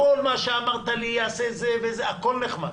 כל מה שאמרת לי, יעשה זה וזה, הכול נחמד,